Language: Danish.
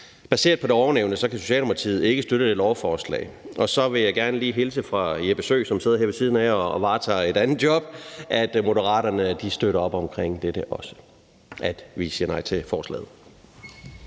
Baseret på det ovennævnte kan Socialdemokratiet ikke støtte lovforslaget. Og så vil jeg gerne lige hilse fra Jeppe Søe, som sidder her ved siden af og varetager et andet job, og sige, at Moderaterne også støtter op om at sige nej til forslaget.